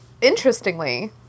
Interestingly